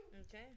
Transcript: Okay